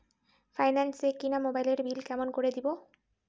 Finance এ কিনা মোবাইলের বিল কেমন করে দিবো?